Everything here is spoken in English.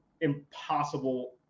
impossible